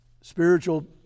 Spiritual